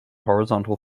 horizontal